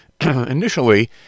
initially